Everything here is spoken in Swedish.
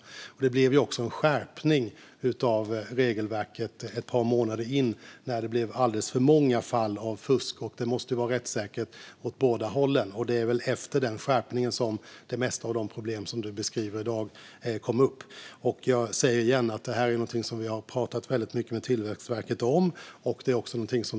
Ett par månader in blev det också en skärpning av regelverket efter alldeles för många fall av fusk. Det måste vara rättssäkert åt båda hållen, och det är väl efter den skärpningen som det mesta av de problem som Alexandra Anstrell beskriver i dag kommit upp. Återigen vill jag säga att det här är någonting som vi har pratat väldigt mycket med Tillväxtverket om.